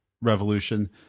Revolution